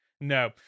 No